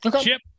Chip